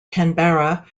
canberra